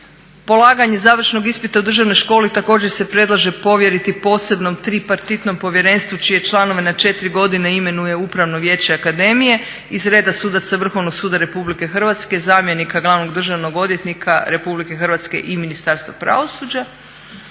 Polaganje završnog ispita u državnoj školi također se predlaže povjeriti posebnom tripartitnom povjerenstvu čije članove na 4 godine imenuje Upravno vijeće akademije iz reda sudaca Vrhovnog suda RH, zamjenika glavnog državnog odvjetnika RH i Ministarstva pravosuđa.